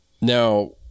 now